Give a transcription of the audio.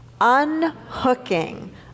Unhooking